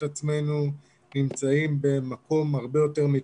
עצמנו נמצאים במקום הרבה יותר מתקדם.